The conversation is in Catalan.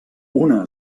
una